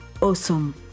awesome